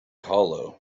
hollow